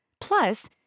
Plus